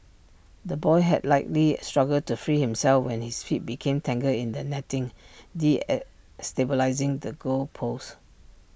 the boy had likely struggled to free himself when his feet became tangled in the netting D stabilising the goal post